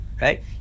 Right